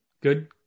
Good